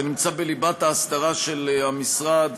שנמצא בליבת האסדרה של המשרד,